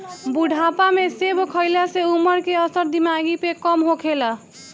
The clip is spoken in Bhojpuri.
बुढ़ापा में सेब खइला से उमर के असर दिमागी पे कम होखेला